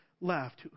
left